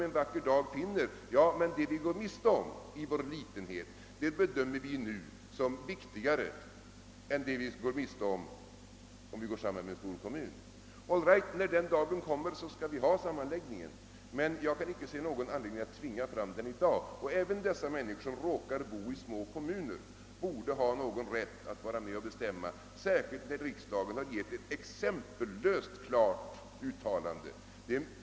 En vacker dag bedömer de kanske det som de går miste om genom sin litenhet såsom viktigare än det de går miste om genom anslutning till en stor kommun. All right! När den dagen kommer skall vi göra sammanläggningen. Men jag kan inte se någon anledning att tvinga fram den i dag. Och även dessa människor som råkar bo i små kommuner bör kunna kräva att få vara med och bestämma — särskilt som riksdagen i detta fall har gjort ett exempellöst klart uttalande.